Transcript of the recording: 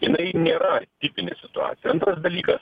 jinai nėra tipinė situacija antras dalykas